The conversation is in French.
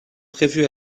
prévu